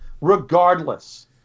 Regardless